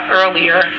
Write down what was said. earlier